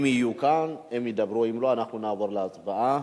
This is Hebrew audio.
אם יהיו כאן הם ידברו, אם לא, אנחנו נעבור להצבעה.